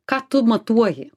ką tu matuoji